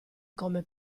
come